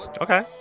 Okay